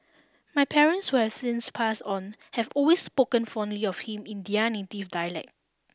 my parents who have since passed on have always spoken fondly of him in dialect